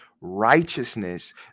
righteousness